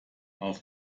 auf